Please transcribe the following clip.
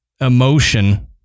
emotion